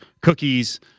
cookies